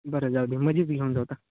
बरं जाऊ दे माझीच घेऊन जाऊ